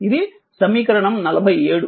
ఇది సమీకరణం 47